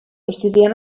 estudià